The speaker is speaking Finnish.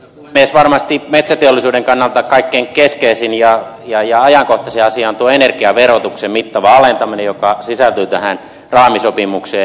varmasti metsäteollisuuden kannalta kaikkein keskeisin ja ajankohtaisin asia on tuo energiaverotuksen mittava alentaminen joka sisältyy tähän raamisopimukseen